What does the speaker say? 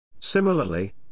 Similarly